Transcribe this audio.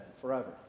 forever